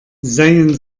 seien